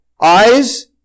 Eyes